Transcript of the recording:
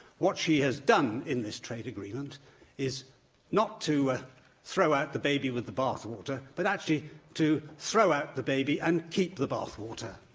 what she has done in this trade agreement is not to ah throw out the baby with the bath water, but actually to throw out the baby and keep the bath water.